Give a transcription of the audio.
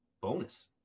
bonus